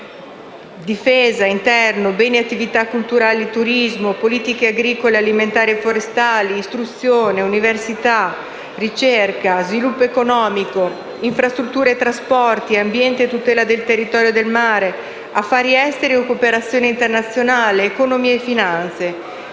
difesa, interno, beni e attività culturali e turismo, politiche agricole alimentari e forestali, istruzione università e ricerca, sviluppo economico, infrastrutture e trasporti, ambiente e tutela del territorio e del mare, affari esteri e cooperazione internazionale, economia e finanze.